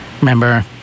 Remember